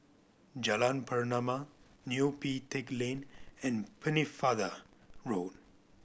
Jalan Pernama Neo Pee Teck Lane and Pennefather Road